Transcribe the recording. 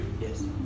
Yes